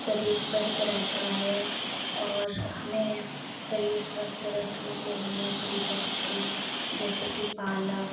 शरीर स्वस्थ रहता है और हमें शरीर स्वस्थ रखने के लिए हरी सब्ज़ी जैसे कि पालक